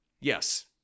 Yes